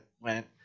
went